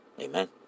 Amen